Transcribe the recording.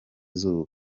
izuba